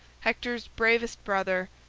hector's bravest brother,